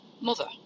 mother